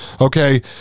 okay